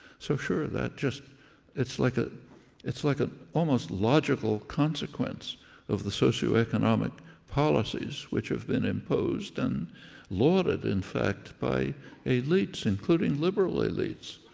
so, sure, that just it's like ah it's like an almost logical consequence of the socioeconomic policies, which have been imposed and lauded, in fact, by elites, including liberal elites.